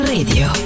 Radio